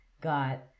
got